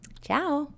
ciao